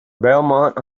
belmont